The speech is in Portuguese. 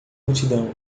multidão